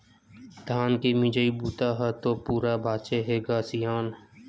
धान के मिजई बूता ह तो पूरा बाचे हे ग सियान